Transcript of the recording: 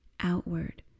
outward